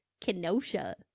Kenosha